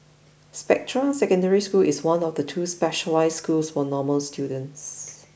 Spectra Secondary School is one of two specialised schools for normal students